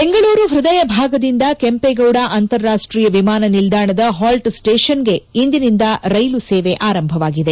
ಬೆಂಗಳೂರು ಹ್ವದಯ ಭಾಗದಿಂದ ಕೆಂಪೇಗೌಡ ಅಂತಾರಾಷ್ಟೀಯ ವಿಮಾನ ನಿಲ್ದಾಣದ ಹಾಲ್ಟ್ ಸ್ಟೇಷನ್ಗೆ ಇಂದಿನಿಂದ ರೈಲು ಸೇವೆ ಆರಂಭವಾಗಿದೆ